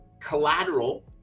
collateral